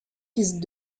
fils